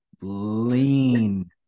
lean